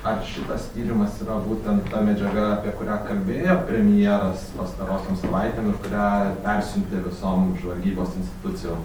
ar šitas tyrimas yra būtent ta medžiaga apie kurią kalbėjo premjeras pastarosiom savaitėm ir kurią persiuntė visom žvalgybos institucijom